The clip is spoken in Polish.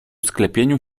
sklepieniu